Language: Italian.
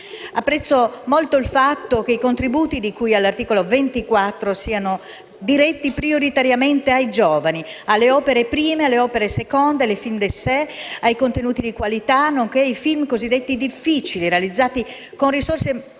Apprezzo molto il fatto che i contributi di cui all'articolo 24 siano diretti prioritariamente ai giovani, alle opere prime e seconde, ai film *d'essai*, ai contenuti di qualità, nonché ai film cosiddetti difficili, realizzati con risorse finanziarie